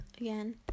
again